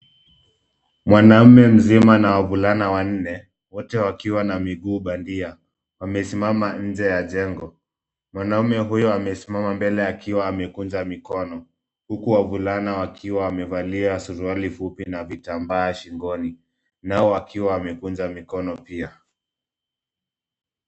Mwanaume mzima na wavulana wanne wote wakiwa na miguu bandia, wamesimama nje ya jengo. Mwanamme huyo amesimama mbele akiwa amekunja mikono huku wavulana wakiwa wamevalia suruali fupi na vitambaa shingoni, nao wakiwa wamekunja mikono pia.